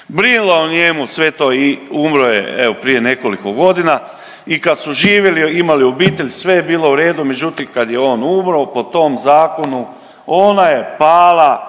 brinula o njemu sve to i umro je evo prije nekoliko godina i kad su živjeli imali obitelj sve je bilo u redu, međutim, kad je on umro po tom zakonu ona je pala